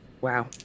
Wow